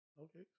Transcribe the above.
Okay